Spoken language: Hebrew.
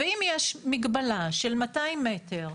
ואם יש מגבלה של 200 מ"ר,